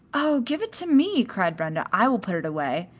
oh, give it to me, cried brenda i will put it away,